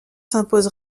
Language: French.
s’impose